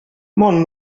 man